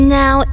now